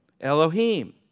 Elohim